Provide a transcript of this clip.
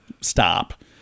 stop